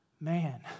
Man